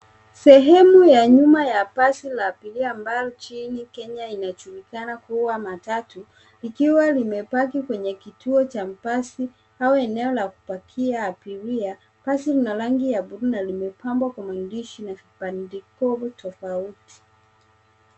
Sehemu ya nyuma ya basi la abiria ambayo nchini Kenya insjulikana kama matatu likiwa limepaki kwenye kituo cha mabasi au eneo la kupakia abiria. Basi lina rangi ya buluu na limepambwa kwa maandishi na vibandiko tofauti.